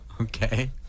Okay